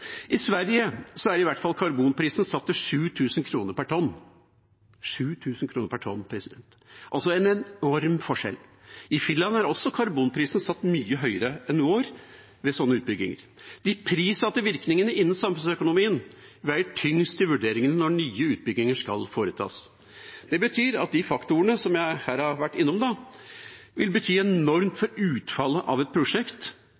I Sverige er i hvert fall karbonprisen satt til 7 000 kr per tonn. 7 000 kr per tonn! Det er en enorm forskjell. I Finland er karbonprisen ved sånne utbygginger også satt mye høyere enn vår. De prissatte virkningene innen samfunnsøkonomien veier tyngst i vurderingen når nye utbygginger skal foretas. Det betyr at de faktorene som jeg her har vært innom, vil bety enormt for utfallet av et prosjekt.